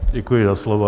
Děkuji za slovo.